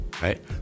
Right